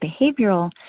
behavioral